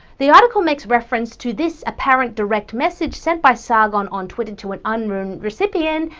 the article makes reference to this apparent direct message sent by sargon on twitter to an unknown recipient,